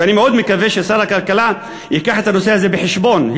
ואני מאוד מקווה ששר הכלכלה יביא את הנושא הזה בחשבון,